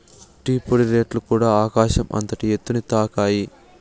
tea పొడి రేట్లుకూడ ఆకాశం అంతటి ఎత్తుని తాకాయి